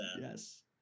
Yes